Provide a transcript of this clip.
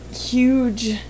huge